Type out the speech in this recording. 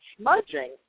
smudging